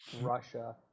russia